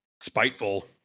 spiteful